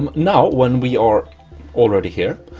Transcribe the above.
um now when we are already here.